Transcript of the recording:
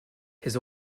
his